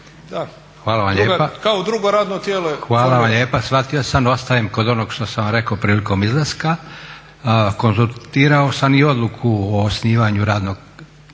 Josip (SDP)** Hvala lijepa, shvatio sam. Ostajem kod onog što sam vam rekao prilikom izlaska. Konzultirao sam i Odluku o osnivanju radnog